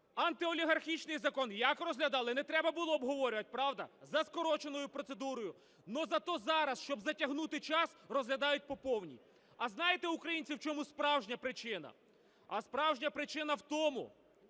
Антиолігархічний закон як розглядали? Не треба було обговорювати, правда? За скороченою процедурою. Але за те зараз, щоб затягнути час, розглядають по повній. А знаєте, українці, в чому справжня причина? А справжня причина в тому,